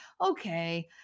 Okay